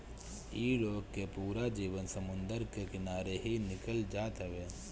इ लोग के पूरा जीवन समुंदर के किनारे ही निकल जात हवे